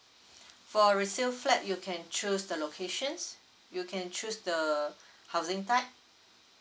for resale flat you can choose the locations you can choose the housing type